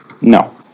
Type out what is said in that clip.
No